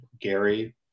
Gary